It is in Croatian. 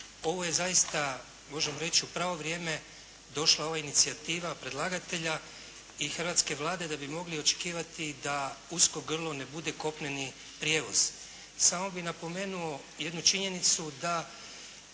ovo je zaista možemo reći u pravo vrijeme došla je ova inicijativa predlagatelja i hrvatske Vlade da bi mogli očekivati da usko grlo ne bude kopneni prijevoz. Samo bi napomenuo jednu činjenicu da